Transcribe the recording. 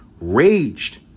Raged